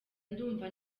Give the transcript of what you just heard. ndumva